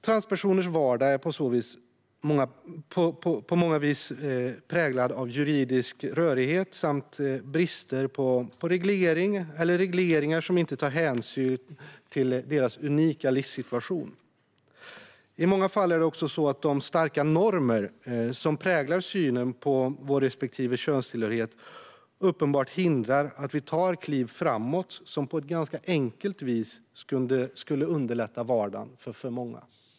Transpersoners vardag är på många vis präglad av juridisk rörighet samt brister på reglering eller regleringar som inte tar hänsyn till deras unika livssituation. I många fall är det också så att de starka normer som präglar synen på vår respektive könstillhörighet uppenbart hindrar att vi tar kliv framåt som på ett ganska enkelt vis skulle underlätta vardagen för många.